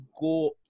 go